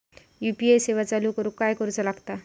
UPI सेवा चालू करूक काय करूचा लागता?